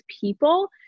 people